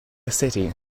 city